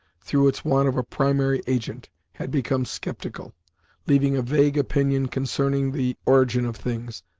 through its want of a primary agent, had become sceptical leaving a vague opinion concerning the origin of things,